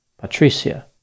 Patricia